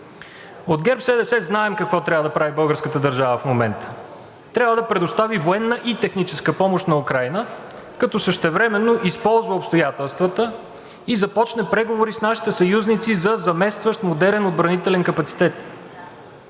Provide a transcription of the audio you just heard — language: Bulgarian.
От ГЕРБ-СДС знаем какво трябва да прави българската държава в момента – трябва да предостави военна и техническа помощ на Украйна, като същевременно използва обстоятелствата и започне преговори с нашите съюзници за заместващ модерен отбранителен капацитет.